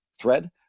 thread